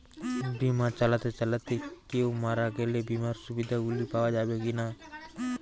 বিমা চালাতে চালাতে কেও মারা গেলে বিমার সুবিধা গুলি পাওয়া যাবে কি না?